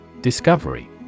Discovery